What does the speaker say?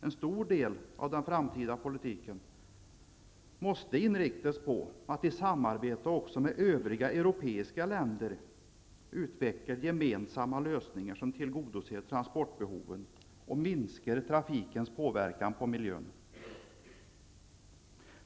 En stor del av den framtida politiken måste inriktas på att i samarbete med övriga europeiska länder utveckla gemensamma lösningar som tillgodoser transportbehoven och minskar trafikens påverkan på miljön.